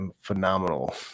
phenomenal